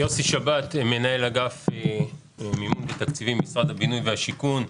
מנהל אגף מימון ותקציבים במשרד הבינוי והשיכון.